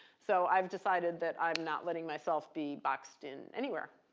so i've decided that i'm not letting myself be boxed in anywhere.